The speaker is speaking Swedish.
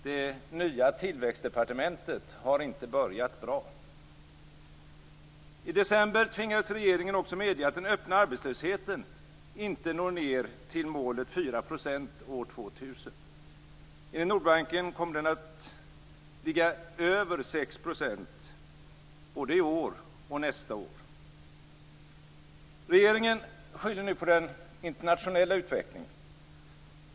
Det nya tillväxtdepartementet har inte börjat bra. I december tvingades regeringen också medge att den öppna arbetslösheten inte når ned till målet 4 % år 2000. Enligt Nordbanken kommer den att ligga över 6 % både i år och nästa år. Regeringen skyller på den internationella utvecklingen.